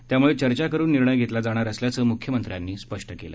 त्यामुळे चर्चा करून निर्णय घेतला जाणार असल्याचं मुख्यमंत्र्यांनी स्पष्ट केलं